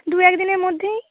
দু একদিনের মধ্যেই